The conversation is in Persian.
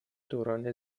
دوران